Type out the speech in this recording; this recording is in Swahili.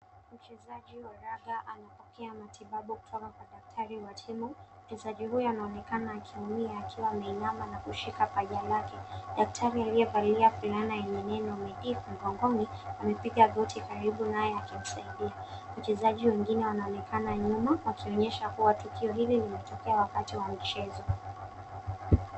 Mchezaji wa raga anapokea matibabu kutoka kwa dakitari wa timu. Mchezaji huyo anaonekana akiumia akiwa ameinama na kushika paja lake. Daktari aliyevalia fulana yenye neno, mihip , mgongoni, amepiga goti karibu naye akimsaidia. Wachezaji wengine wanaonekana nyuma, wakionyesha kua tukio hili limetokea wakati wa mchezo.